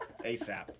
ASAP